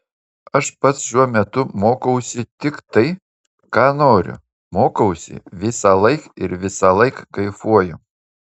aš pats šiuo metu mokausi tik tai ką noriu mokausi visąlaik ir visąlaik kaifuoju